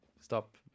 stop